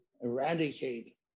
eradicate